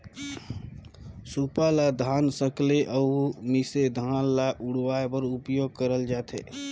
सूपा ल धान सकेले अउ मिसे धान ल उड़वाए बर उपियोग करल जाथे